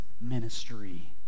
ministry